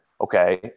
okay